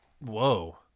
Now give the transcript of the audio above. Whoa